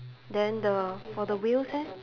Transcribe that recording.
then the for the wheels eh